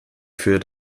für